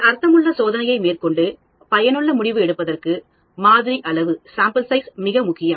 ஒரு அர்த்தமுள்ள சோதனையை மேற்கொண்டு பயனுள்ள முடிவு எடுப்பதற்கு மாதிரி அளவு மிக முக்கியம்